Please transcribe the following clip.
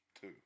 Two